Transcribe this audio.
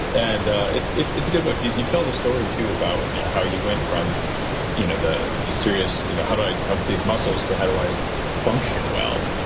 and it's good a book. you you tell the story too about how you went from you know the the serious you know how do i have big muscles to how do i function well.